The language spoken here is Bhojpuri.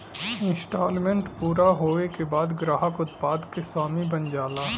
इन्सटॉलमेंट पूरा होये के बाद ग्राहक उत्पाद क स्वामी बन जाला